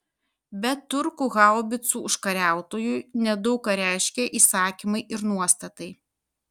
bet turkų haubicų užkariautojui nedaug ką reiškė įsakymai ir nuostatai